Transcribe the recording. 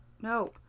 No